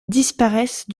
disparaissent